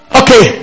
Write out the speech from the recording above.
okay